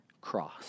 cross